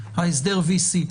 הסדר ה-VC.